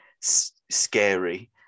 scary